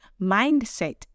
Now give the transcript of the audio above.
mindset